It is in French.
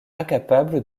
incapable